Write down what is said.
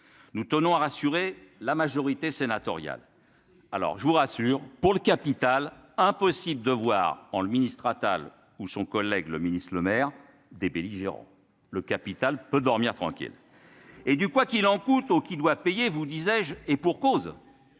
Nous tenons à rassurer la majorité sénatoriale, alors je vous rassure : pour le capital, impossible de voir en le ministre Atal ou son collègue, le ministre Lemaire des belligérants le capital peut dormir tranquille et du quoi qu'il en coûte aux qui doit payer, vous disais-je, et pour cause